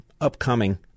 upcoming